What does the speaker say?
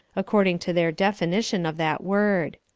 according to their definition of that word.